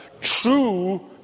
true